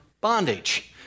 bondage